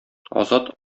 азат